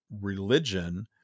religion